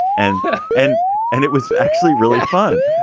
and and and it was actually really fun.